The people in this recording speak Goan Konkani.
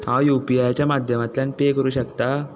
हांव युपीआयच्या माद्यमांतल्यान पे करूं शकता